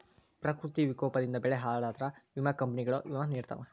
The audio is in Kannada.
ಪ್ರಕೃತಿ ವಿಕೋಪದಿಂದ ಬೆಳೆ ಹಾಳಾದ್ರ ವಿಮಾ ಕಂಪ್ನಿಗಳು ವಿಮಾ ನಿಡತಾವ